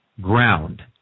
ground